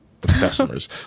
customers